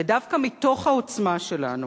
ודווקא מתוך העוצמה שלנו,